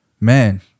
Man